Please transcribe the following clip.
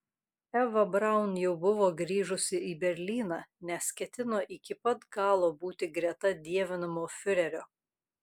eva braun jau buvo grįžusi į berlyną nes ketino iki pat galo būti greta dievinamo fiurerio